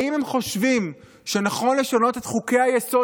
האם הם חושבים שנכון לשנות את חוקי-היסוד